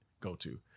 go-to